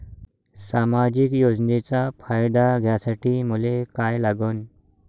सामाजिक योजनेचा फायदा घ्यासाठी मले काय लागन?